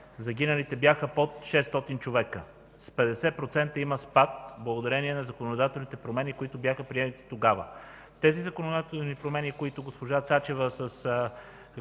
г. бяха под 600 човека. Има спад с 50% благодарение на законодателните промени, които бяха приети тогава. Тези законодателни промени, които госпожа Цачева и